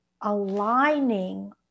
aligning